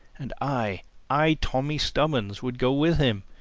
and i i, tommy stubbins, would go with him!